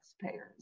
taxpayers